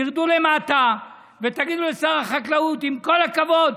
תרדו למטה ותגידו לשר החקלאות: עם כל הכבוד,